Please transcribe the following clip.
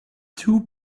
two